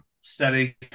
Steady